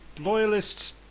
loyalists